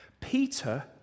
Peter